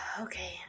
Okay